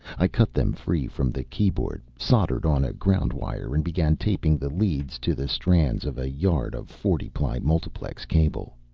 i cut them free from the keyboard, soldered on a ground wire, and began taping the leads to the strands of a yard of forty-ply multiplex cable.